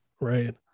Right